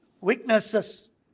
weaknesses